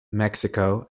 mexico